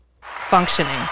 functioning